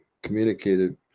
communicated